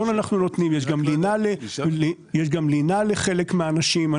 שאנחנו נותנים ויש גם לינה לחלק מן האנשים.